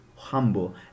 humble